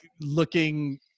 looking